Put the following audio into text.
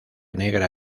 negra